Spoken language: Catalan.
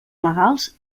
legals